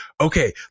okay